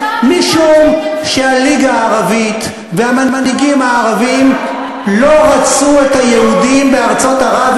משום שהליגה הערבית והמנהיגים הערבים לא רצו את היהודים בארצות ערב,